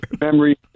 memory